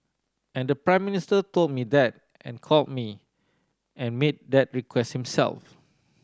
and the Prime Minister told me that and called me and made that request himself